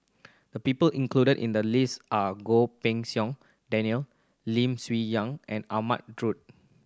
the people included in the list are Goh Pei Siong Daniel Lim Swee young and Ahmad Daud